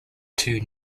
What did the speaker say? two